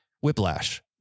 whiplash